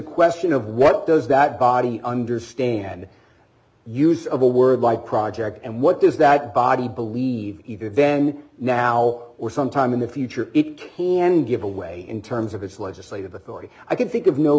question of what does that body understand use of a word like project and what does that body believe even then now or sometime in the future it can give away in terms of its legislative authority i can think of no